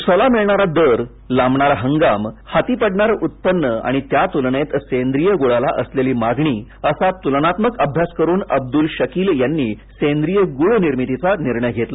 उसाला मिळणारा दर लांबणारा हंगाम हाती पडणारं उत्पन्न आणि त्या तुलनेत सेंद्रिय गुळाला असलेली मागणी असा त्लनात्मक अभ्यास करून अब्द्रल शकील यांनी सेंद्रिय ग्ळ निर्मितीचा निर्णय घेतला